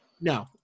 No